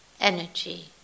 energy